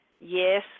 yes